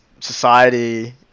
society